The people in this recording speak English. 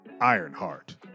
Ironheart